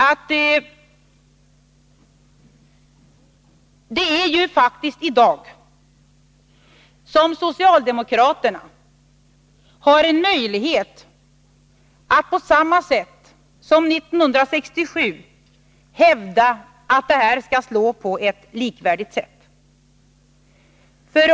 Socialdemokraterna har i dag på samma sätt som 1967 faktiskt möjlighet att hävda att denna reform skall slå på ett likvärdigt sätt.